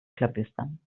klabüstern